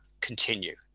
continue